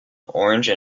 orange